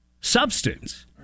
substance